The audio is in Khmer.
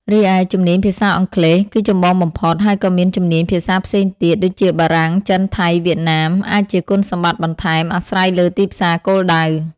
រីឯ ជំនាញភាសាអង់គ្លេស គឺចម្បងបំផុត ហើយក៏មានជំនាញភាសាផ្សេងទៀត (ដូចជាបារាំង ចិន ថៃ វៀតណាម) អាចជាគុណសម្បត្តិបន្ថែម អាស្រ័យលើទីផ្សារគោលដៅ។